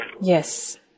Yes